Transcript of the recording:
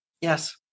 Yes